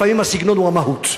לפעמים הסגנון הוא המהות.